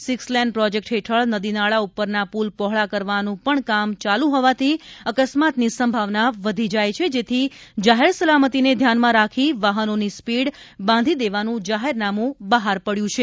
six lane project હેઠળ નદીનાળા ઉપરના પુલ પહોળા કરવાનું પણ કામ ચાલુ હોવાથી અકસ્માતની સંભાવના વધી જાય છે તેથી જાહેર સલામતીને ધ્યાનમાં રાખી વાહનોની સ્પીડ બાંધી દેવાનું જાહેરનામું બહાર પડ્યું છે